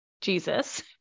Jesus